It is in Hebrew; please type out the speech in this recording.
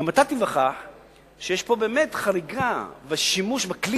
גם אתה תיווכח שיש פה באמת חריגה בשימוש בכלי